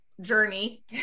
journey